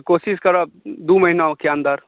कोशिश करब दू महिनाके अन्दर